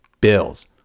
Bills